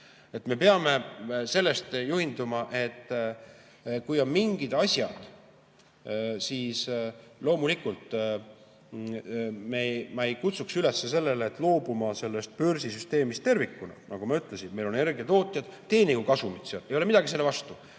Me peame sellest juhinduma, et kui on mingid asjad, siis loomulikult, ma ei kutsuks üles, et loobume sellest börsisüsteemist tervikuna. Nagu ma ütlesin, meil on energiatootjad, teenigu kasumit, mul ei ole midagi selle vastu.